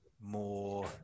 more